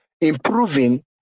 Improving